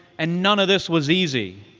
and none of this was easy.